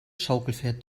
schaukelpferd